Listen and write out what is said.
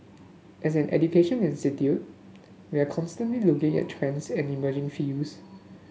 as an education institution we are constantly looking at trends and emerging fields